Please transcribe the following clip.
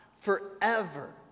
forever